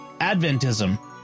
Adventism